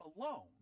alone